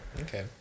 okay